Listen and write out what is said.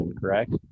correct